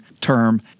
term